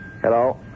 Hello